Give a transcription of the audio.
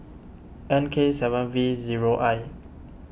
N K seven V zero I